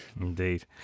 Indeed